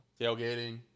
Tailgating